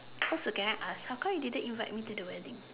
cause again how come you didn't invite me to the wedding